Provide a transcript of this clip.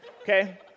okay